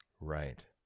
Right